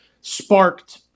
sparked